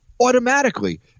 automatically